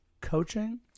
coaching